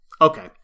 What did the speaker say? okay